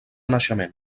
naixement